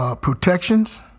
Protections